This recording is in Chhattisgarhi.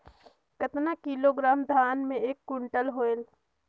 कतना किलोग्राम धान मे एक कुंटल होयल?